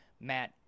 Matt